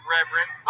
Reverend